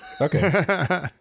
Okay